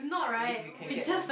if we can get them